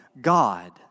God